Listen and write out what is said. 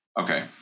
Okay